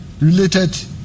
related